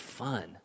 fun